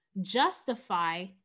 justify